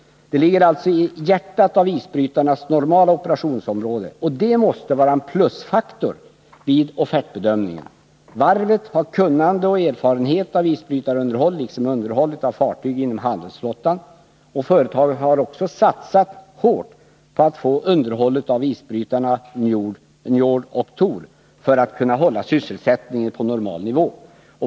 Det ligger alltså i hjärtat av isbrytarnas normala operationsområde, och det måste vara en plusfaktor vid offertbedömningen. Varvet har kunnande och erfarenhet av isbrytarunderhåll liksom underhåll av fartyg inom handelsflottan. Företaget har också satsat hårt på att få underhållet av isbrytarna Njord och Tor för att kunna hålla sysselsättningen på normal nivå.